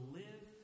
live